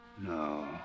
No